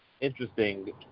interesting